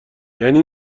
یعنی